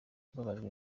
mbabajwe